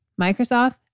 Microsoft